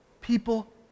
People